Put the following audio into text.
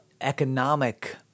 economic